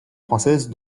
française